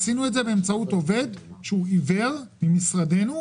עשינו את זה באמצעות עובד שהוא עיוור במשרדנו,